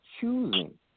choosing